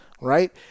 right